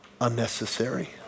unnecessary